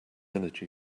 energy